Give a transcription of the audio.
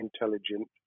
intelligent